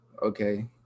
Okay